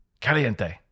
caliente